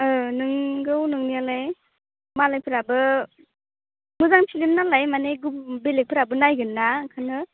औ नोंगौ नोंनायालाय मालायफ्राबो मोजां फिलम नालाय मानि बेलेगफोराबो नायगोनना ओंखायनो